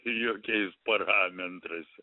jokiais parametrais